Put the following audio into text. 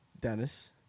Dennis